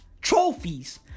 trophies